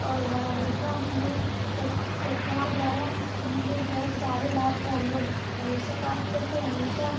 और हम हमेशा अपने सर सरकार द्वारा मिले गए सारे लाभ को हम लोग हमेशा प्राप्त करते हैं हमेशा